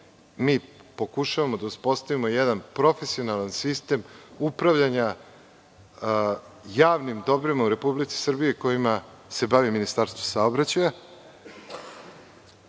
Mi pokušavamo da uspostavimo jedan profesionalan sistem upravljanja javnim dobrima u Republici Srbiji, kojima se bavi Ministarstvo saobraćaja.